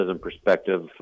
perspective